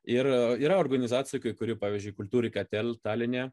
ir yra organizacija kai kuri pavyzdžiui kultūrika tel taline